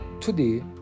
Today